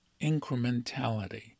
incrementality